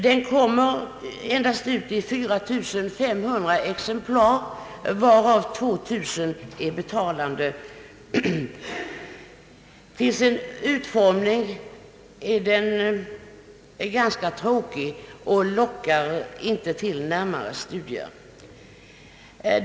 Den ges endast ut i 4500 exemplar, varav 2000 betalda. Till sin utformning är den ganska tråkig och lockar inte till närmare studier.